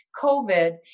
COVID